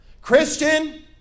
Christian